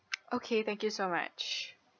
okay thank you so much